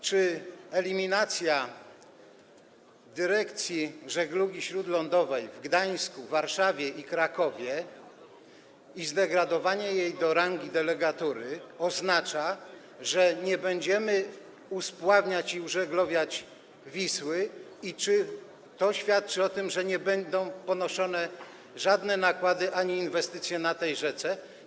Czy eliminacja dyrekcji żeglugi śródlądowej w Gdańsku, Warszawie i Krakowie i zdegradowanie ich do rangi delegatur oznacza, że nie będziemy uspławniać i użeglawiać Wisły, i czy to świadczy o tym, że nie będą ponoszone żadne nakłady ani inwestycje na tej rzece?